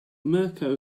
mirco